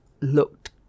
looked